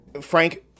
Frank